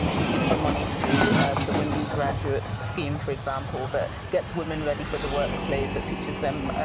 but we give some money to the wimbiz graduate scheme, for example, that gets women ready for the workplace, that teaches them.